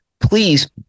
please